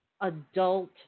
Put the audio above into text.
adult